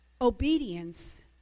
obedience